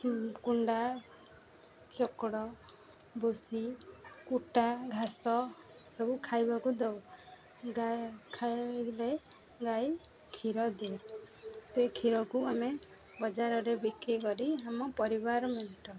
କୁଣ୍ଡା ଚୋକଡ଼ ବୋସି କୁଟା ଘାସ ସବୁ ଖାଇବାକୁ ଦଉ ଗା ଖାଇଲେ ଗାଈ କ୍ଷୀର ଦିଏ ସେ କ୍ଷୀରକୁ ଆମେ ବଜାରରେ ବିକ୍ରି କରି ଆମ ପରିବାର ମେଣ୍ଟ